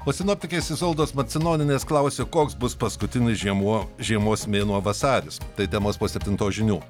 o sinoptikės izoldos marcinonienės klausė koks bus paskutinis žiemuo žiemos mėnuo vasaris tai temos po septintos žinių